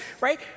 right